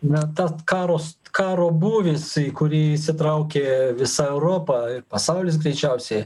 na tas karos karo būvis į kurį įsitraukė visa europa ir pasaulis greičiausiai